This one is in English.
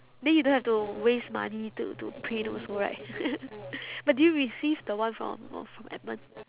then you don't have to waste money to to print also right but did you receive the one from uh from edmund